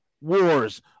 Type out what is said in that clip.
wars